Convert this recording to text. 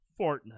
Fortnite